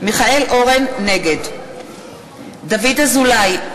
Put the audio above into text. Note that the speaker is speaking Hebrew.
נגד דוד אזולאי,